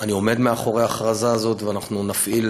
אני עומד מאחורי ההכרזה הזאת, ואנחנו נפעיל